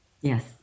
Yes